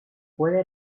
puede